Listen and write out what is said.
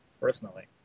personally